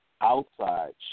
outside